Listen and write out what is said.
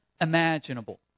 imaginable